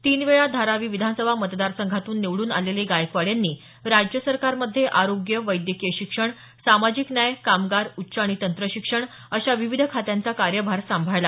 तीन वेळा धारावी विधानसभा मतदारसंघातून निवड्रन आलेले गायकवाड यांनी राज्य सरकारमध्ये आरोग्य वैद्यकीय शिक्षण सामाजिक न्याय कामगार उच्च आणि तंत्रशिक्षण अशा विविध खात्यांचा कार्यभार सांभाळला